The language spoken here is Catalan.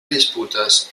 disputes